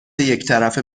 یکطرفه